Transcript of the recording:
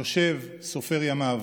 יושב, סופר ימיו,